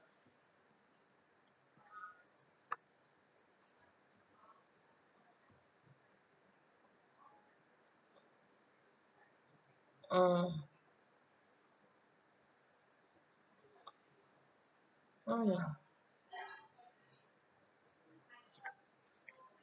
mm mm